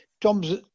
Tom's